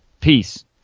Peace